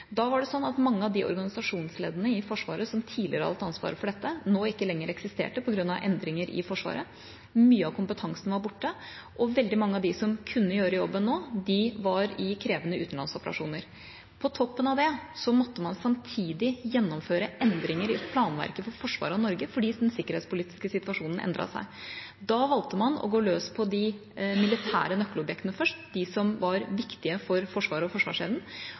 Da var det sånn at mange av de organisasjonsleddene i Forsvaret som tidligere hadde hatt ansvaret for dette, ikke lenger eksisterte på grunn av endringer i Forsvaret. Mye av kompetansen var borte, og veldige mange av dem som nå kunne gjøre jobben, var i krevende utenlandsoperasjoner. På toppen av det måtte man samtidig gjennomføre endringer i planverket for forsvaret av Norge fordi den sikkerhetspolitiske situasjonen endret seg. Da valgte man å gå løs på de militære nøkkelobjektene først, de som var viktige for Forsvaret og forsvarsevnen,